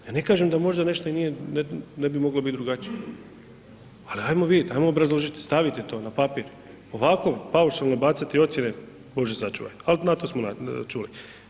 Ja ne kažem da možda nešto i nije, ne bi moglo bit drugačije, al ajmo vidit, ajmo obrazložit, stavite to na papir, ovako paušalno bacati ocjene Bože sačuvaj, al na to smo čuli.